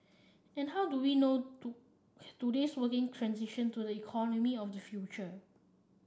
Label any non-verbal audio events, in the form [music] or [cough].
and how do we know [unintelligible] today's working transition to the economy of the future